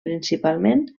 principalment